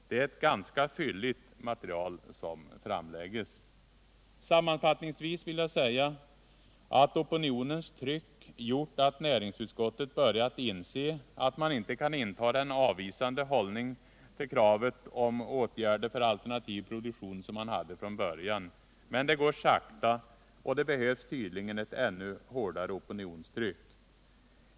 Det är ett ganska fylligt material som framläggs. Sammanfattningsvis vill jag säga att opinionens tryck har gjort att näringsutskottet börjat inse att man inte kan inta den avvisande hållning till kraven på åtgärder för alternativ produktion som man hade från början. Men det går sakta, och det behövs tydligen ett ännu hårdare opinionstryck.